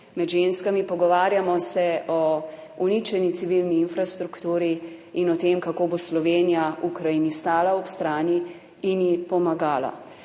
med ženskami, pogovarjamo se o uničeni civilni infrastrukturi in o tem, kako bo Slovenija Ukrajini stala ob strani in ji pomagala.